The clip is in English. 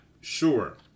sure